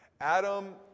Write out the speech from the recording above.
Adam